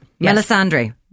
Melisandre